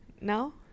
Now